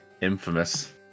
infamous